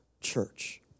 church